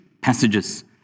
passages